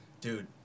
Dude